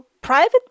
private